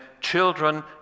children